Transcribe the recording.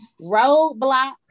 roadblocks